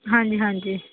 ਹਾਂਜੀ ਹਾਂਜੀ